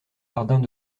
jardins